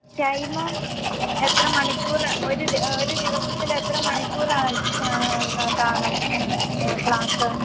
time എത്ര മണിക്കൂർ ഒരു ഒരു ദിവസത്തിൽ എത്ര മണിക്കൂറാ കാണും ക്ലാസ്